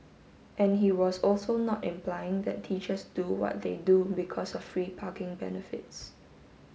and he was also not implying that teachers do what they do because of free parking benefits